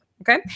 Okay